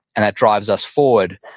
and that drives us forward,